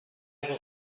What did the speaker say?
will